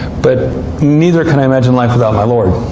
but neither can i imagine life without my lord.